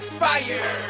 fire